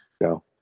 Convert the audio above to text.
no